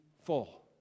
full